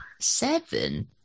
Seven